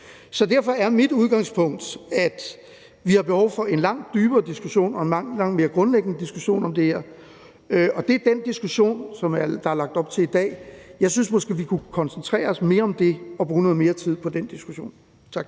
Så derfor er mit udgangspunkt, at vi har behov for en langt dybere diskussion og en langt mere grundlæggende diskussion om det her. Det er den diskussion, som der er lagt op til i dag. Jeg synes, at vi måske kunne koncentrere os mere om det og bruge noget mere tid på den diskussion. Tak.